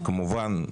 כמובן,